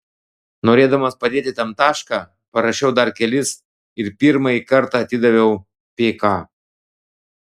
norėdamas padėti tam tašką parašiau dar kelis ir pirmąjį kartą atidaviau pk